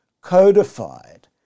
codified